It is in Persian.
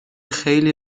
خیلی